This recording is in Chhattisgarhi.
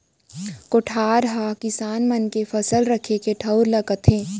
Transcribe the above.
कोठार हकिसान मन के फसल रखे के ठउर ल कथें